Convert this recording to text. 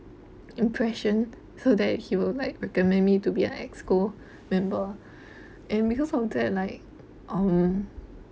impression so that he will like recommend me to be an EXCO member and because of that like um